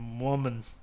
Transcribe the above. woman